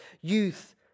youth